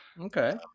Okay